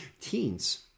Teens